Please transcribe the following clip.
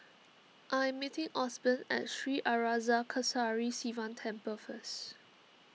I am meeting Osborne at Sri Arasakesari Sivan Temple first